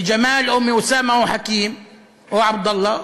מג'מאל או מאוסאמה, או מחכים או מעבדאללה,